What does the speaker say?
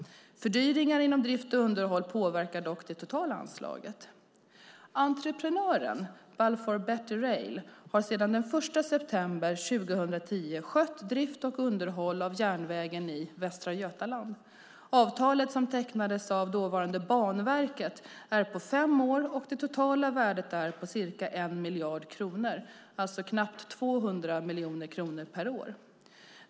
Fördyringar inom drift och underhåll påverkar dock det totala anslaget. Entreprenören Balfour Beatty Rail har sedan den 1 september 2010 skött drift och underhåll av järnvägen i Västra Götaland. Avtalet som tecknades av Banverket är på fem år, och det totala värdet är ca 1 miljard kronor, alltså knappt 200 miljoner kronor per år.